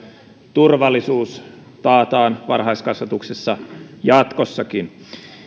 turvallisuus taataan varhaiskasvatuksessa jatkossakin